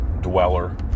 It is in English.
dweller